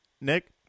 Nick